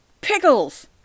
Pickles